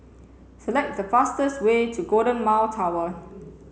select the fastest way to Golden Mile Tower